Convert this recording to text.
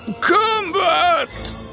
combat